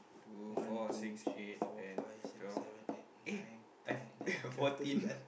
two four six eight ten twelve eh I've fourteen